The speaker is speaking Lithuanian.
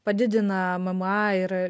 padidina mma ir